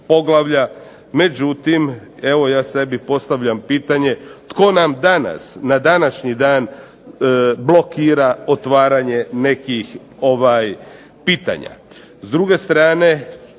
međutim, evo ja sebi postavljam pitanje tko nam danas, na današnji dan blokira otvaranje nekih pitanje. S druge strane